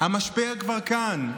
המשבר כבר כאן.